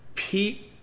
Pete